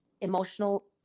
emotional